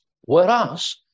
Whereas